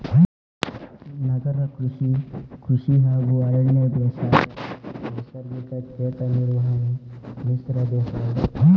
ನಗರ ಕೃಷಿ, ಕೃಷಿ ಹಾಗೂ ಅರಣ್ಯ ಬೇಸಾಯ, ನೈಸರ್ಗಿಕ ಕೇಟ ನಿರ್ವಹಣೆ, ಮಿಶ್ರ ಬೇಸಾಯ